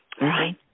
right